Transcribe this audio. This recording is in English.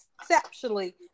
exceptionally